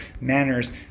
manners